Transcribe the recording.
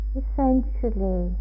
essentially